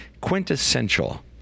quintessential